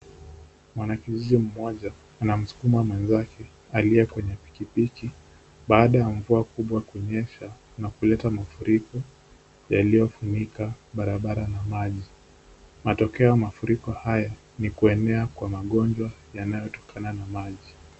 Mwanakijiji mmoja anamsukuma mwenzake aliye kwenye pikipiki baada ya mvua kubwa kunyesha na kuleta mafuriko yaliyofunika barabara na maji, matokeo ya mafuriko hayo ni kuenea kwa magonjwa yanayotokana na maji.